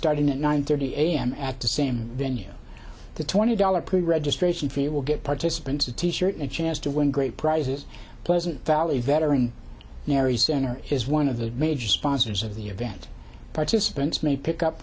starting at nine thirty a m at the same venue the twenty dollars per registration fee will get participants a t shirt and a chance to win great prizes pleasant valley veteran narry center is one of the major sponsors of the event participants may pick up